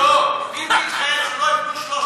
אם תתחייב שלא יבנו 300,